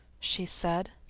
she said.